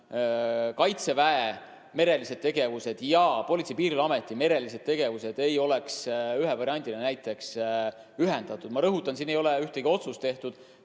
kaitseväe merelised tegevused ja Politsei- ja Piirivalveameti merelised tegevused ei võiks ühe variandina ühendada. Ma rõhutan, et siin ei ole ühtegi otsust tehtud.